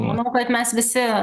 manau kad mes visi